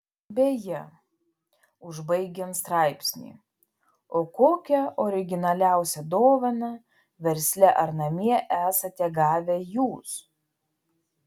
beje užbaigiant straipsnį o kokią originaliausią dovaną versle ar namie esate gavę jūs